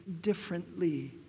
differently